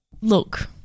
Look